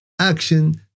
action